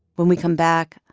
when we come back,